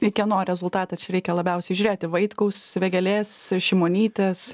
į kieno rezultatą čia reikia labiausiai žiūrėti vaitkaus vėgėlės šimonytės